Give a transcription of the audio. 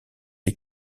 les